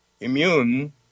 immune